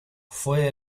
fue